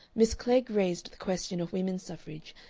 miss klegg raised the question of women's suffrage,